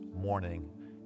morning